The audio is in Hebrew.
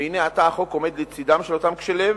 והנה עתה החוק עומד לצדם של אותם קשי לב